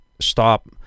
stop